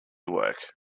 work